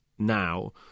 Now